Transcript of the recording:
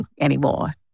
anymore